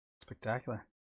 Spectacular